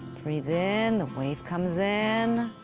breathe in the wave comes in,